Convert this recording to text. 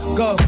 go